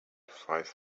five